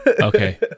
Okay